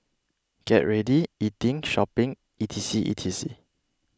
get ready eating shopping E T C E T C